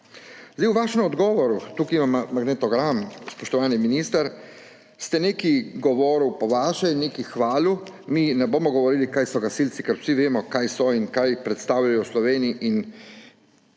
V svojem odgovoru, tukaj imam magnetogram, spoštovani minister, ste nekaj govorili po vaše, nekaj hvalili. Mi ne bomo govorili, kaj so gasilci, ker vsi vemo, kaj so in kaj predstavljajo v Sloveniji, in